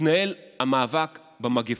יתנהל המאבק במגפה.